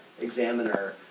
examiner